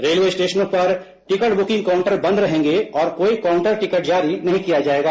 railway स्टेशनों पर ticket booking counter बंद रहेंगे और कोई काउंटर टिकट जारी नहीं किया जाएगा